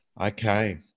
Okay